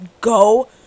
go